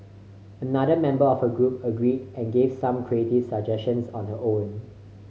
another member of her group agreed and gave some creative suggestions on her own